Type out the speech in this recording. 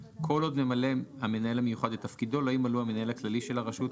כל עוד ממלא המנהל המיוחד את תפקידו לא ימלאו המנהל הכללי של רשות,